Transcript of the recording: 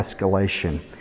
escalation